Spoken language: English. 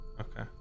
Okay